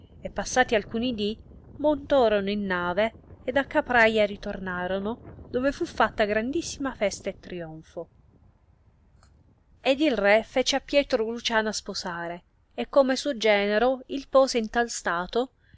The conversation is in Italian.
e passati alcuni dì montorono in nave ed a capraia ritornorono dove fu fatta grandissima festa e trionfo ed il re fece a pietro luciana sposare e come suo genero il pose in tal stato